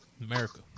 America